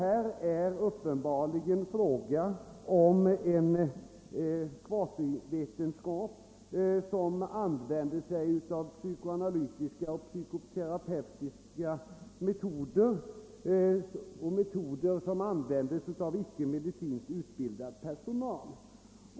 Här är det uppenbarligen fråga om en kvasivetenskap som använder psykoanalytiska och psykoterapeutiska metoder, vilka tillämpas av icke medicinskt utbildad personal.